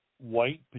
white